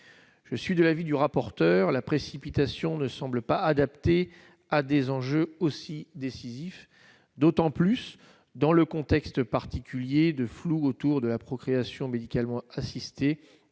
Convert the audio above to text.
je suis de l'avis du rapporteur, la précipitation ne semblent pas adaptées à des enjeux aussi décisif d'autant plus dans le contexte particulier de flou autour de la procréation médicalement assistée